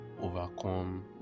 overcome